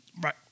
Right